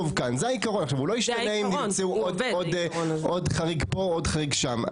זה לא ישתנה אם תמצאו עוד חריג פה או שם.